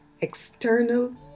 external